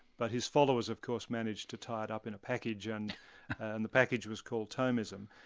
but his followers of course managed to tie it up in a package and and the package was called thomism.